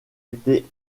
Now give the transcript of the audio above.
été